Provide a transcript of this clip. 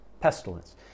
pestilence